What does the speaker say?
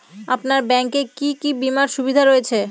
আপনার ব্যাংকে কি কি বিমার সুবিধা রয়েছে?